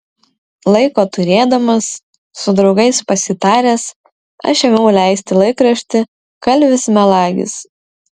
laiko turėdamas su draugais pasitaręs aš ėmiau leisti laikraštį kalvis melagis